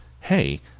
hey